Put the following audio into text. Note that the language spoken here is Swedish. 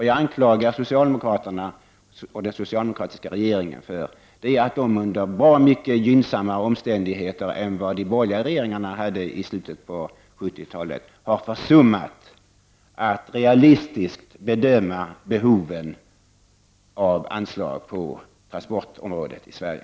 Jag anklagar den socialdemokratiska regeringen för att den under bra mycket gynnsammare omständigheter än vad de borgerliga regeringarna hade i slutet av 70-talet har försummat att realistiskt bedöma behovet av anslag på transportområdet i Sverige.